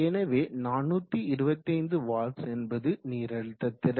எனவே 425 W என்பது நீரழுத்ததிறன்